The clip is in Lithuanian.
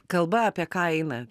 kalba apie ką eina